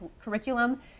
curriculum